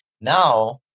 Now